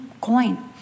coin